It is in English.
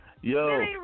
Yo